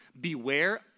Beware